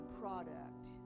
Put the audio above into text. product